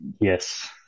yes